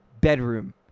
bedroom